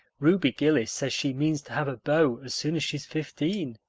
ruby gillis says she means to have a beau as soon as she's fifteen,